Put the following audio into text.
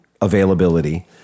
availability